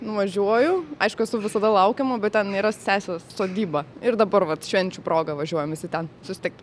nuvažiuoju aišku visada laukiama bet ten yra sesės sodyba ir dabar vat švenčių proga važiuojam visi ten susitikt